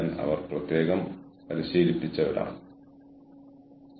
നിങ്ങൾക്ക് പറയാം ഈ പ്രത്യേക പ്രവർത്തനത്തെ പരാമർശിച്ച് ഇതാണ് ഈ സമയത്ത് ഞാൻ ചെയ്യേണ്ടതെന്ന്